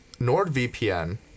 NordVPN